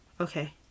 Okay